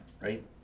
right